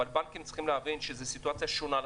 אבל בנקים צריכים להבין שזאת סיטואציה שונה לחלוטין.